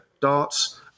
darts